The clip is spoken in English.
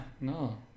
no